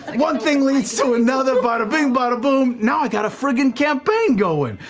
and one thing leads to another, bada bing, bada boom, now i got a frigging campaign going.